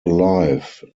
alive